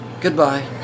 Goodbye